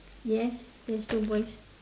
yes there is two boys